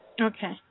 Okay